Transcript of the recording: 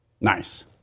Nice